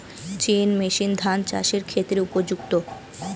Chain machine ধান চাষের ক্ষেত্রে উপযুক্ত?